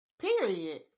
Period